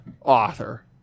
author